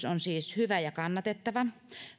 on siis hyvä ja kannatettava